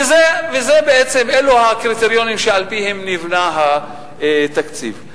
ואלו הקריטריונים שעל-פיהם נבנה התקציב.